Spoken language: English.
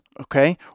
Okay